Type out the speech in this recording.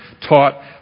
taught